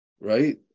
right